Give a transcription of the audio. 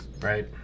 Right